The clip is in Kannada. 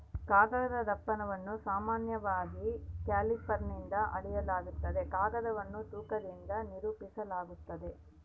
ಕಾಗದದ ದಪ್ಪವನ್ನು ಸಾಮಾನ್ಯವಾಗಿ ಕ್ಯಾಲಿಪರ್ನಿಂದ ಅಳೆಯಲಾಗ್ತದ ಕಾಗದವನ್ನು ತೂಕದಿಂದ ನಿರೂಪಿಸಾಲಾಗ್ತದ